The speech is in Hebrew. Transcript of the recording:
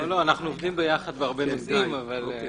בבקשה.